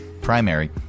primary